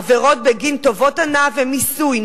עבירות בגין טובות הנאה ומיסוי,